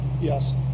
Yes